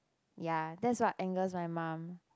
ya that's what angers my mum